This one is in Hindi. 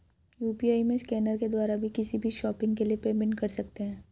यू.पी.आई में स्कैनर के द्वारा भी किसी भी शॉपिंग के लिए पेमेंट कर सकते है